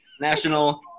National